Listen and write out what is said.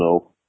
no